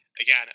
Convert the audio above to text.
Again